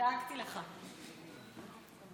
יש חוב